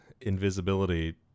invisibility